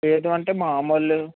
లేదు అంటే మామూలు